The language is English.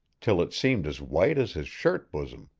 till it seemed as white as his shirt bosom,